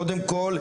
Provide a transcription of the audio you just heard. קודם כל,